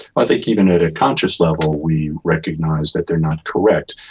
i think even at a conscious level we recognise that they are not correct.